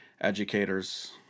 educators